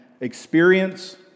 experience